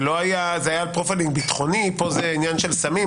זה היה פרופיילינג ביטחוני, פה זה עניין של סמים.